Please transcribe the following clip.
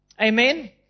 Amen